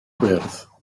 gwyrdd